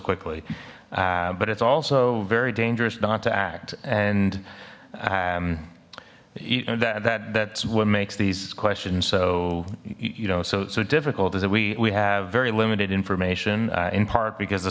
quickly but it's also very dangerous not to act and you know that that's what makes these questions so you know so so difficult is that we we have very limited information in part because the